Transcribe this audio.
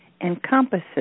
encompasses